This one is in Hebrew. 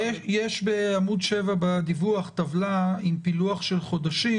יש בעמוד 7 בדיווח טבלה עם פילוח של חודשים,